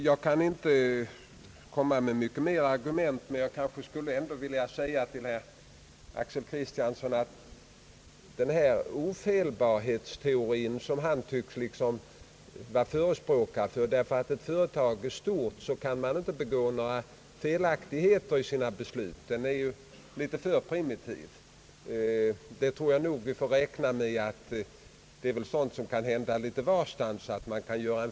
Jag har inte många flera argument, men jag skulle dock till herr Axel Kristiansson vilja säga att den ofelbarhetsteori som han tycks vara förespråkare för är en aning för primitiv. Att ett företag är stort behöver inte innebära att man där inte kan fatta några felaktiga beslut. Vi måste nog räkna med att felbedömningar kan göras litet varstans.